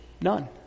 None